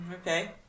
Okay